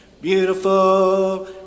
Beautiful